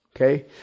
okay